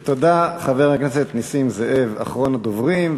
תודה, חבר הכנסת נסים זאב, אחרון הדוברים.